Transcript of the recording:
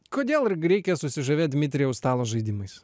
kodėl r g reikia susižavėt dmitrijau stalo žaidimais